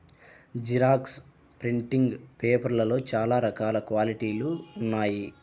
xerox printing పేపర్లలో చాలా రకాల క్వాలిటీలు ఉన్నాయి